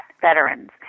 veterans